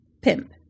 pimp